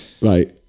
right